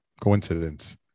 Coincidence